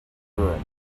room